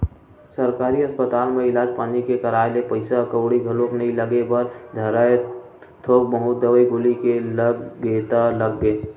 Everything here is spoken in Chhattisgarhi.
सरकारी अस्पताल म इलाज पानी के कराए ले पइसा कउड़ी घलोक नइ लगे बर धरय थोक बहुत दवई गोली के लग गे ता लग गे